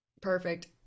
perfect